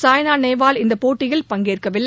சாய்னா நேவால் இந்தப் போட்டியில் பங்கேற்கவில்லை